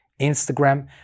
instagram